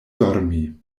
dormi